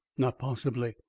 not possibly.